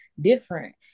different